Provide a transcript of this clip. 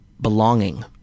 Belonging